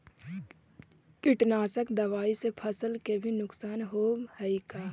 कीटनाशक दबाइ से फसल के भी नुकसान होब हई का?